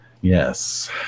Yes